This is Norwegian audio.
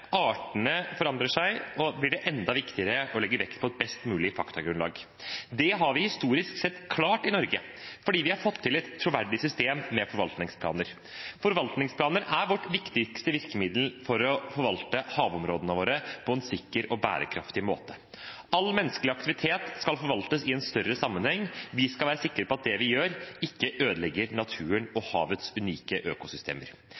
artene forandrer seg, blir det enda viktigere å legge vekt på et best mulig faktagrunnlag. Det har vi historisk sett klart i Norge, fordi vi har fått til et troverdig system med forvaltningsplaner. Forvaltningsplaner er vårt viktigste virkemiddel for å forvalte havområdene våre på en sikker og bærekraftig måte. All menneskelig aktivitet skal forvaltes i en større sammenheng. Vi skal være sikre på at det vi gjør, ikke ødelegger naturen og havets unike økosystemer.